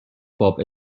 باب